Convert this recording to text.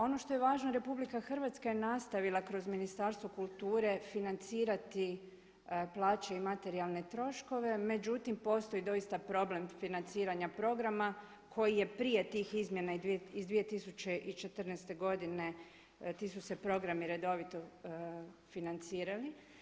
Ono što je važno, RH je nastavila kroz Ministarstvo kulture financirati plaću i materijalne troškove, međutim postoji doista problem financiranja programa koji je prije tih izmjena iz 2014. godine ti su se programi redovito financirali.